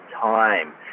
time